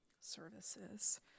services